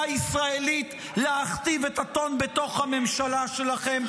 הישראלית להכתיב את הטון בתוך הממשלה שלכם.